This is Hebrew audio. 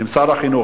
עם שר החינוך,